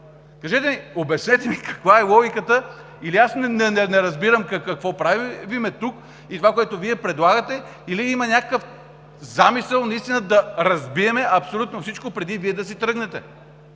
има ефект. Обяснете ми каква е логиката? Или аз не разбирам какво правим тук и това, което Вие предлагате, или има някакъв замисъл наистина да разбием абсолютно всичко преди Вие да си тръгнете.